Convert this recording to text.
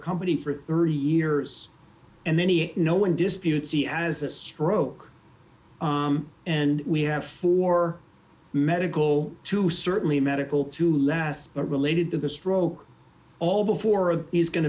company for thirty years and then he no one disputes the as a stroke and we have four medical to certainly medical to last related to the stroke all before he's going to